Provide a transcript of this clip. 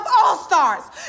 All-Stars